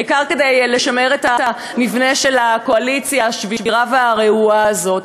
העיקר כדי לשמר את המבנה של הקואליציה השבירה והרעועה הזאת.